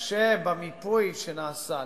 שבמיפוי שנעשה,